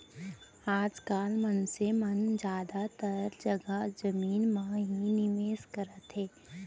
आज काल मनसे मन जादातर जघा जमीन म ही निवेस करत हे